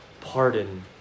pardon